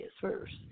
first